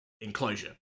enclosure